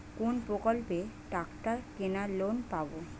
কোন প্রকল্পে ট্রাকটার কেনার লোন পাব?